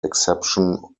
exception